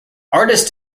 artists